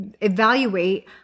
evaluate